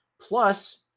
Plus